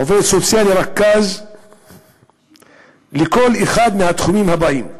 עובד סוציאלי רכז לכל אחד מהתחומים הבאים: